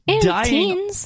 dying